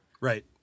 Right